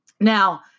Now